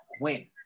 win